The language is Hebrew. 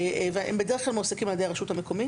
והם בדרך כלל הם מועסקים על ידי הרשות המקומית.